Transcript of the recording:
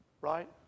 Right